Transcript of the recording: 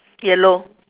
yellow